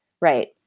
Right